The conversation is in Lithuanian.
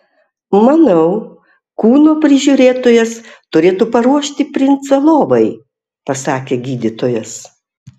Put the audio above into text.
manau kūno prižiūrėtojas turėtų paruošti princą lovai pasakė gydytojas